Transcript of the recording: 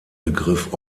begriff